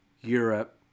Europe